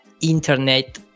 internet